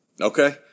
Okay